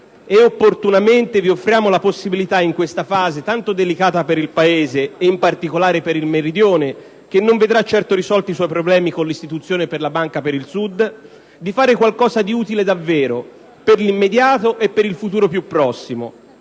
e opportunamente vi offriamo la possibilità, in questa fase, tanto delicata per il Paese e in particolare per il Meridione - che non vedrà certo risolti i suoi problemi con l'istituzione della Banca per il Sud - di fare davvero qualcosa di utile per l'immediato e per il futuro più prossimo.